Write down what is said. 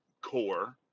core